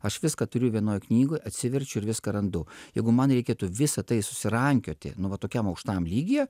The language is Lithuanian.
aš viską turiu vienoj knygoj atsiverčiu ir viską randu jeigu man reikėtų visa tai susirankioti nu va tokiam aukštam lygyje